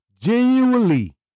genuinely